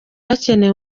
hakenewe